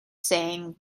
saying